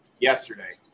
yesterday